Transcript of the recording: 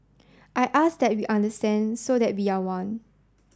I ask that we understand so that we are one